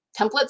templates